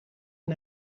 een